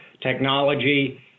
Technology